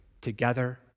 together